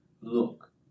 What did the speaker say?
Look